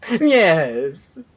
Yes